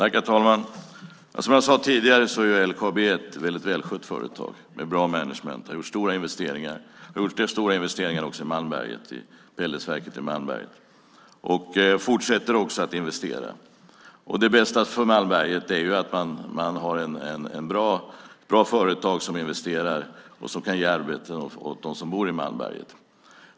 Herr talman! Som jag sade tidigare är LKAB ett mycket välskött företag med bra management. Man har gjort stora investeringar, också i pelletsverket i Malmberget. Man fortsätter också att investera. Det bästa för Malmberget är att man har ett bra företag som investerar och som kan ge arbete åt dem som bor i Malmberget.